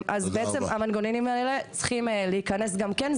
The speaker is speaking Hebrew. המנגנונים האלה צריכים להיכנס גם כן,